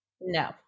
No